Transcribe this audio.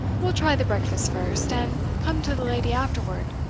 we'll try the breakfast first, and come to the lady afterward!